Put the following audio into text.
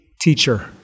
teacher